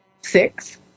six